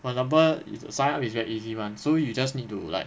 our number is to sign up it's very easy [one] so you just need to like